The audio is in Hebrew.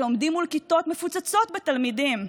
שעומדים מול כיתות מפוצצות בתלמידים.